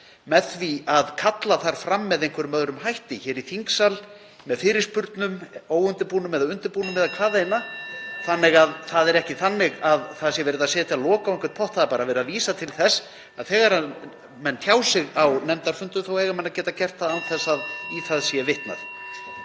með því að kalla þær fram með einhverjum öðrum hætti hér í þingsal, með fyrirspurnum, óundirbúnum eða undirbúnum eða hvaðeina. (Forseti hringir.) Það er ekki verið að setja lok á einhvern pott. Það er bara verið að vísa til þess að þegar menn tjá sig á nefndarfundum eiga menn að geta gert það án þess að í það sé vitnað.